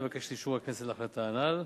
אני מבקש את אישור הכנסת להחלטה הנ"ל.